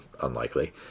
unlikely